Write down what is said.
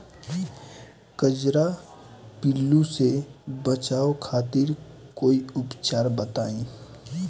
कजरा पिल्लू से बचाव खातिर कोई उपचार बताई?